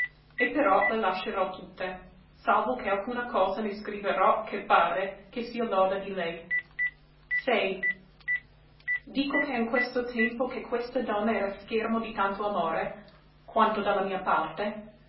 e però le lascerò tutte salvo che alcuna cosa ne scriverò che pare che sia loda di lei ico che in questo tempo che questa donna era schermo di tanto amore quanto da la mia parte